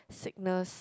sickness